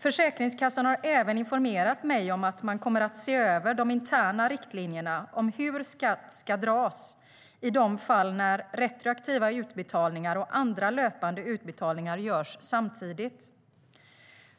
Försäkringskassan har även informerat mig om att man kommer att se över de interna riktlinjerna om hur skatt ska dras i de fall när retroaktiva utbetalningar och andra löpande utbetalningar görs samtidigt.